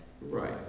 Right